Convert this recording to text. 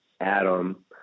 Adam